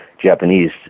Japanese